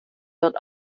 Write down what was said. wird